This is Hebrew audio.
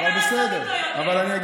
אבל זה, זה, אין